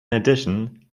addition